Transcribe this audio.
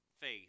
faith